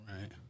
Right